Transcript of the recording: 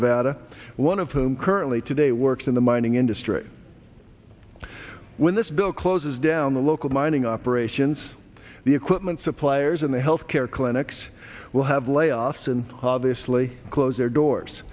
nevada one of whom currently today works in the mining industry when this bill closes down the local mining operations the equipment suppliers and the health care clinics will have layoffs and obviously close their doors